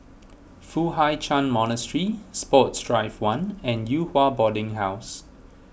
Foo Hai Ch'an Monastery Sports Drive one and Yew Hua Boarding House